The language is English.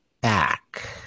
back